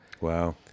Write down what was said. Wow